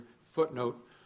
footnote